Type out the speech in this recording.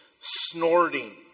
snorting